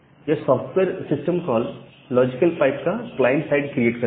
यह software system call logical pipe का client side create करता है